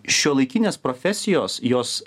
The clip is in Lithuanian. šiuolaikinės profesijos jos